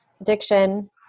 addiction